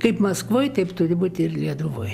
kaip maskvoj taip turi būti ir lietuvoj